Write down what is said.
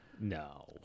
No